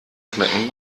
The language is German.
schmecken